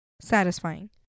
Satisfying